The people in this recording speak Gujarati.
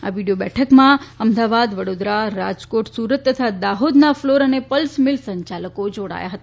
આ વીડિયો બેઠકમાં અમદાવાદ વડોદરા રાજકોટ સુરત તથા દાહોદના ફ્લોર અને પલ્સ મીલ્સ સંચાલકો જોડાયા હતા